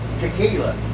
tequila